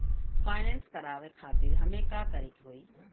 Finance करावे खातिर हमें का करे के होई?